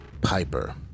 Piper